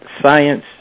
science